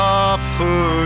offer